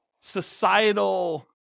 societal